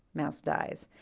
mouse dies.